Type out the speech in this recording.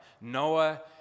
Noah